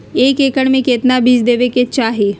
एक एकड़ मे केतना बीज देवे के चाहि?